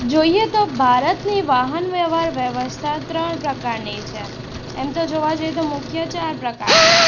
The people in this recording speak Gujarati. જોઈએ તો ભારતની વાહન વ્યવહાર વ્યવસ્થા ત્રણ પ્રકારની છે એમ તો જોવા જઈએ તો મુખ્ય ચાર પ્રકાર છે